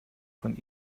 von